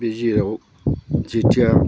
बे जेराव जितिया